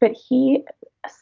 but he